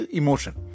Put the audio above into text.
emotion